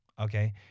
Okay